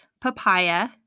papaya